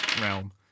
Realm